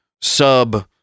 sub